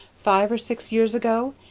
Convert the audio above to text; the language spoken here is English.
five or six years ago,